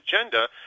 agenda